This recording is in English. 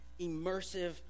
immersive